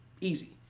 easy